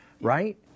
right